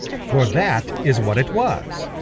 for that is what it was.